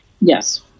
Yes